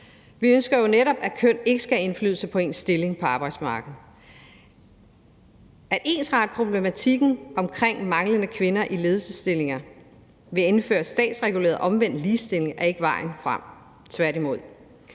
Vi ønsker jo netop, at køn ikke skal have indflydelse på ens stilling på arbejdsmarkedet. At ensrette problematikken med manglende kvinder i ledelsesstillinger ved at indføre statsreguleret omvendt ligestilling er ikke vejen frem, tværtimod.